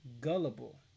gullible